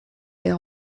les